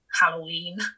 halloween